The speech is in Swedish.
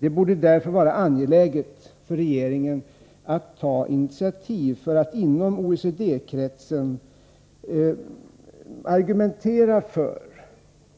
Det borde därför vara angeläget för regeringen att ta initiativ för att inom OECD-kretsen argumentera för